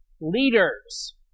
leaders